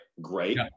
Great